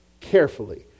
carefully